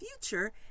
future